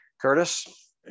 curtis